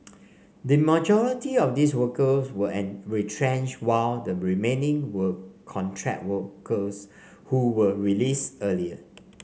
the majority of these workers were an retrenched while the remaining were contract workers who were released earlier